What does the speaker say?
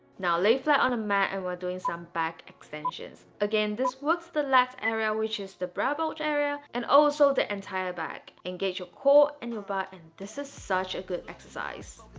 now lay flat on a mat and we're doing some back extensions. again, this works the last area which is the bra bulge area and also the entire back. engage your core and your butt. and this is such a good exercise